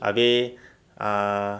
abeh uh